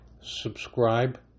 subscribe